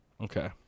okay